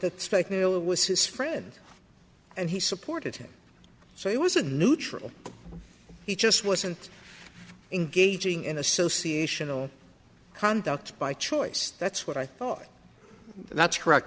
it was his friend and he supported him so he wasn't neutral he just wasn't in gauging in association a conduct by choice that's what i thought that's correct